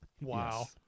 Wow